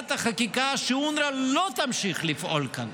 החקיקה שאונר"א לא תמשיך לפעול כאן.